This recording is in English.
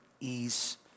ease